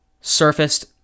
surfaced